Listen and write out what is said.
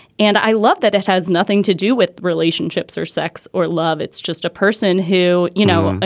and i love that it has nothing to do with relationships or sex or love. it's just a person who, you know,